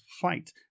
fight